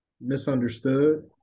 misunderstood